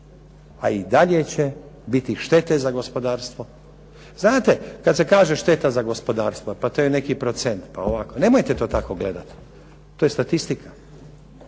a i dalje će biti štete za gospodarstvo. Znate, kada se kaže šteta za gospodarstvo, to je neki procent, nemojte to tako gledati, to je statistika,